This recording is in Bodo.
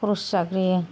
खरस जाग्रोयो